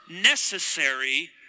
necessary